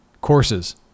courses